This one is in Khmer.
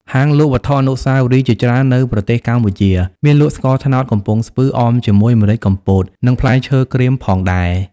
ហាងលក់វត្ថុអនុស្សាវរីយ៍ជាច្រើននៅប្រទេសកម្ពុជា មានលក់ស្ករត្នោតកំពង់ស្ពឺ អមជាមួយម្រេចកំពត និងផ្លែឈើក្រៀមផងដែរ។